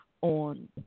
on